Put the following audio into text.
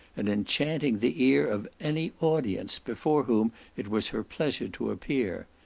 and enchanting the ear of any audience before whom it was her pleasure to appear.